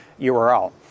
URL